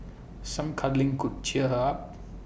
some cuddling could cheer her up